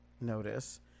notice